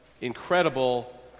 incredible